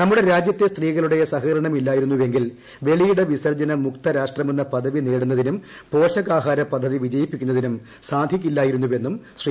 നമ്മുടെ രാജ്യത്തെ സ്ത്രീകളുടെ സഹകരണമില്ലായിരുന്നു എങ്കിൽ വെളിയിട വിസ്സർജ്ജന മുക്ത രാഷ്ട്രമെന്ന പദവി നേടുന്നതിനും പോഷകാഹാര പദ്ധതി വിജയിപ്പിക്കുന്നതിനും സാധിക്കില്ലായിരുന്നുവെന്നും ശ്രീ